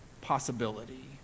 possibility